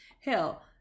Hell